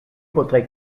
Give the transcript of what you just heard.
potrai